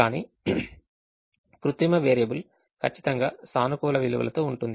కానీ కృత్రిమ వేరియబుల్ ఖచ్చితంగా సానుకూల విలువతో ఉంటుంది